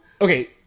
okay